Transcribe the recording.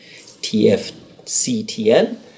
TFCTN